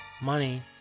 money